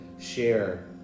share